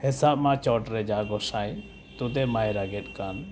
ᱦᱮᱥᱟᱜ ᱢᱟ ᱪᱚᱴᱨᱮ ᱡᱟ ᱜᱚᱸᱥᱟᱭ ᱛᱩᱫᱮᱢᱟᱭ ᱨᱟᱜᱼᱮᱫ ᱠᱟᱱ